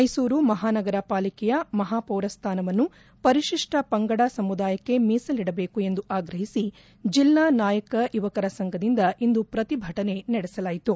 ಮೈಸೂರು ಮಹಾನಗರ ಪಾಲಿಕೆಯ ಮಹಾಪೌರ ಸ್ಥಾನವನ್ನು ಪರಿಶಿಷ್ಟ ಪಂಗಡ ಸಮುದಾಯಕ್ಕೆ ಮೀಸಲಿಡಬೇಕು ಎಂದು ಆಗ್ರಹಿಸಿ ಜಿಲ್ಲಾ ನಾಯಕ ಯುವಕರ ಸಂಘದಿಂದ ಇಂದು ಪ್ರತಿಭಟನೆ ನಡೆಸಲಾಯಿತು